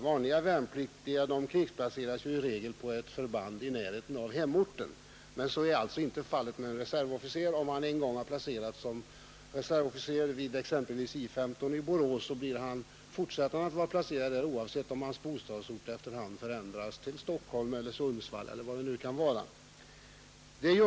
Vanliga värnpliktiga krigsplaceras i regel på ett förband i närheten av hemorten, men så är alltså inte fallet med en reservofficer; om han en gång har placerats vid exempelvis I 15 i Borås fortsätter han att vara placerad där oavsett om hans bostadsort ändras till Stockholm, Sundsvall eller vad det nu kan vara.